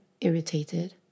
irritated